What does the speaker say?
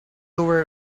lower